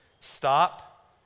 stop